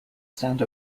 stand